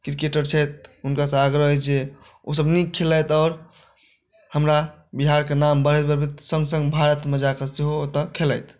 cricketer छथि हुनकासँ आग्रह अछि जे ओ सब नीक खेलाइत आओर हमरा बिहारके नाम बढ़बैत बढ़बैत सङ्ग सङ्ग भारतमे जाकऽ सेहो ओतऽ खेलाइत